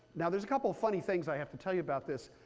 now there's a couple of funny things i have to tell you about this.